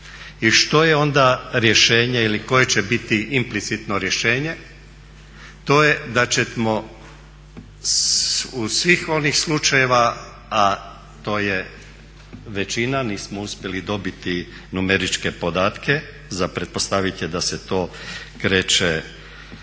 I što je onda rješenje ili koje će biti implicitno rješenje, to je da ćemo u svih onih slučajeva, a to je većina, nismo uspjeli dobiti numeričke podatke, za pretpostavit je da se to kreće